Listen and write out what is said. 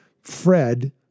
FRED